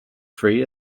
tree